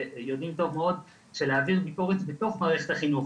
שיודעים טוב מאוד שלהעביר ביקורת בתוך מערכת החינוך,